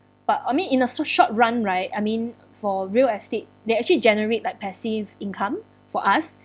but I mean in a so short run right I mean for real estate they actually generate like passive income for us